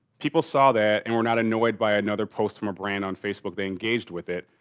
people saw that and were not annoyed by another post from a brand on facebook. they engaged with it,